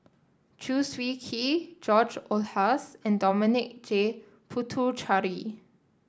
Chew Swee Kee George Oehlers and Dominic J Puthucheary